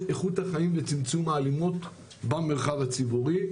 איכות החיים וצמצום האלימות במרחב הציבורי.